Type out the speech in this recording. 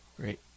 great